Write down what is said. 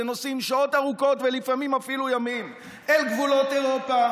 ונוסעים שעות ארוכות ולפעמים אפילו ימים אל גבולות אירופה,